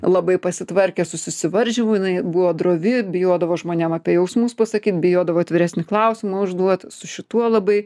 labai pasitvarkė su susivaržymu jinai buvo drovi bijodavo žmonėm apie jausmus pasakyt bijodavo atviresnį klausimą užduot su šituo labai